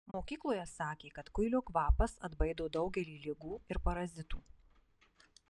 mokykloje sakė kad kuilio kvapas atbaido daugelį ligų ir parazitų